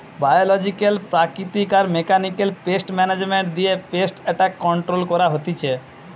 biological প্রাকৃতিক আর mechanical pest management দিয়ে পেস্ট এট্যাক কন্ট্রোল করা হতিছে